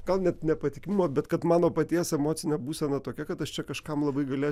gal net nepatikimumo bet kad mano paties emocinė būsena tokia kad aš čia kažkam labai galėč